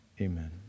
Amen